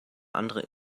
andere